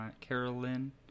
Carolyn